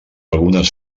algunes